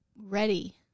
ready